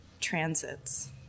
transits